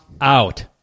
out